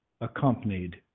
accompanied